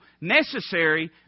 Necessary